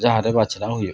ᱡᱟᱦᱟᱨᱮ ᱵᱟᱪᱷᱱᱟᱣ ᱦᱩᱭᱩᱜ ᱠᱟᱱᱟ